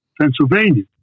Pennsylvania